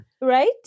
Right